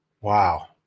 Wow